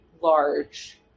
large